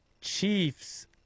Chiefs